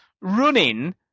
running